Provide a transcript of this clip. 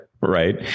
right